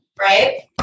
Right